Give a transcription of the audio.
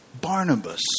Barnabas